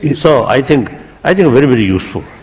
so i think i think very, very useful.